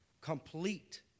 complete